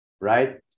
right